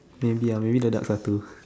maybe ah maybe the ducks are two